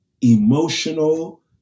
emotional